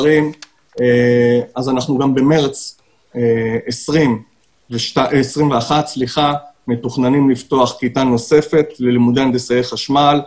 אנחנו במרץ 2021 מתוכננים לפתוח כיתה נוספת ללימודי הנדסאי חשמל.